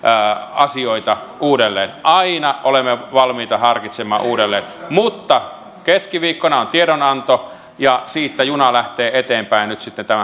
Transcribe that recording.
asioita uudelleen aina olemme valmiita harkitsemaan uudelleen mutta keskiviikkona on tiedonanto ja siitä juna lähtee eteenpäin nyt sitten tämän